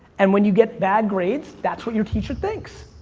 and when you get bad grades, that's what your teacher thinks,